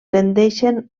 tendeixen